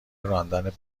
راندن